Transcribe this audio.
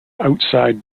outside